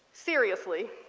seriously,